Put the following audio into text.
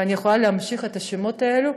ואני יכולה להמשיך את השמות האלו.